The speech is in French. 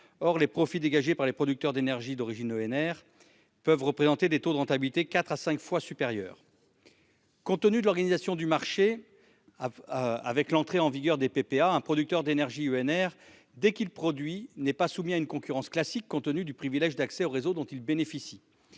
Or les profits dégagés par les producteurs d'électricité d'origine renouvelable peuvent représenter des taux de rentabilité quatre à cinq fois supérieurs. Compte tenu de l'organisation du marché, avec l'entrée en vigueur des PPA, un producteur d'électricité renouvelable n'est pas soumis à une concurrence classique du fait du privilège d'accès au réseau dont il bénéficie.